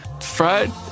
fried